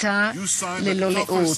As Governor,